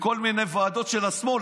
בכל מיני ועדות של השמאל.